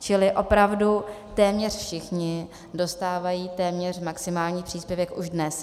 Čili opravdu téměř všichni dostávají téměř maximální příspěvek už dnes.